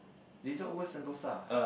Resort-World-Sentosa